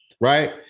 right